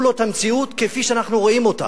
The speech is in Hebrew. לו את המציאות כפי שאנחנו רואים אותה.